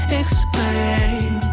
explain